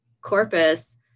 corpus